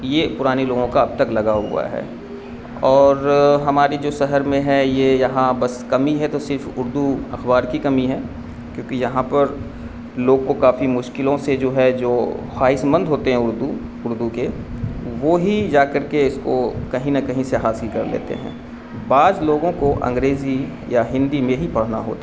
یہ پرانی لوگوں کا اب تک لگا ہوا ہے اور ہماری جو شہر میں ہے یہ یہاں بس کمی ہے تو صرف اردو اخبار کی کمی ہے کیونکہ یہاں پر لوگ کو کافی مشکلوں سے جو ہے جو خواہشمند ہوتے ہیں اردو اردو کے وہی جا کر کے اس کو کہیں نہ کہیں سے حاصل کر لیتے ہیں بعض لوگوں کو انگریزی یا ہندی میں ہی پڑھنا ہوتا